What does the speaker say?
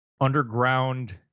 underground